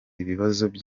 ikibazo